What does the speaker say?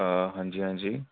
अ हां जी हां जी